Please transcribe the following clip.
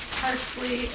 parsley